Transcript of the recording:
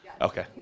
Okay